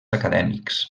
acadèmics